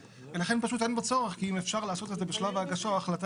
לכן פשוט אין בו צורך כי אם אפשר לעשות את זה בשלב ההגשה או ההחלטה